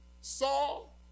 Saul